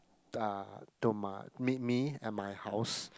uh to my meet me at my house